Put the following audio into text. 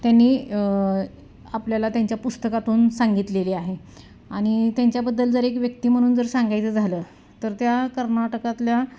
त्यांनी आपल्याला त्यांच्या पुस्तकातून सांगितलेली आहे आणि त्यांच्याबद्दल जर एक व्यक्ती म्हणून जर सांगायचं झालं तर त्या कर्नाटकातल्या